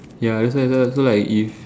ya that's why that's why so like if